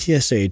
TSH